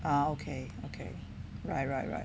ah okay okay right right right